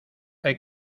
hay